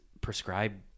prescribed